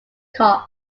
costs